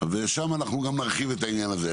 ושם אנחנו גם נרחיב את העניין הזה.